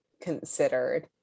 considered